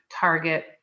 Target